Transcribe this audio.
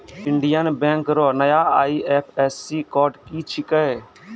Indian bank रो नया IFSC code की छिकै